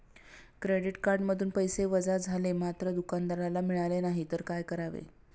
Credit कार्डमधून पैसे वजा झाले मात्र दुकानदाराला मिळाले नाहीत तर काय करावे?